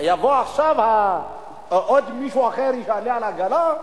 יבוא עכשיו עוד מישהו אחר, יעלה על העגלה.